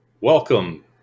Welcome